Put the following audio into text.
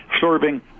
serving